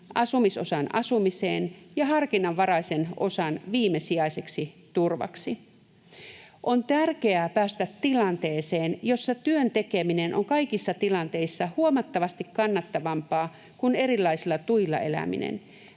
asumisosan asumiseen ja harkinnanvaraisen osan viimesijaiseksi turvaksi. On tärkeää päästä tilanteeseen, jossa työn tekeminen on kaikissa tilanteissa huomattavasti kannattavampaa kuin erilaisilla tuilla eläminen.